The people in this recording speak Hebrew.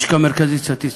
הלשכה המרכזית לסטטיסטיקה,